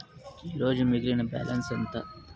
ఈరోజు మిగిలిన బ్యాలెన్స్ ఎంత?